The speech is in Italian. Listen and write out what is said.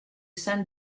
san